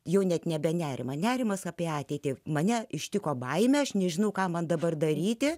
jau net nebe nerimą nerimas apie ateitį mane ištiko baimę aš nežinau ką man dabar daryti